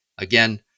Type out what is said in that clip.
Again